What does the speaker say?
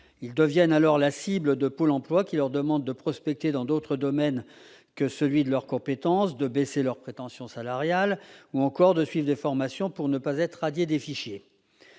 Ils deviennent alors la « cible » de Pôle emploi, qui leur demande de prospecter dans d'autres domaines que celui de leurs compétences, de baisser leurs prétentions salariales, ou encore de suivre des formations pour ne pas être radiés des fichiers.